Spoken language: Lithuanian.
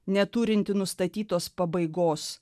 neturintį nustatytos pabaigos